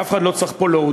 ואף אחד לא צריך פה להודות,